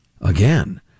again